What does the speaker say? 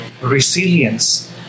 resilience